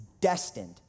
destined